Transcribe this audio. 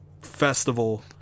festival